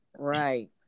Right